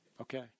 Okay